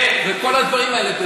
לא כתבנו שולחן ערוך וכל הדברים האלה.